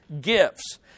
gifts